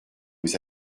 aux